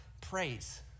praise